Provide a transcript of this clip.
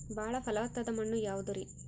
ಬಾಳ ಫಲವತ್ತಾದ ಮಣ್ಣು ಯಾವುದರಿ?